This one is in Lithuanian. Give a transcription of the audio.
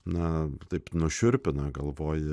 na taip nušiurpina galvoji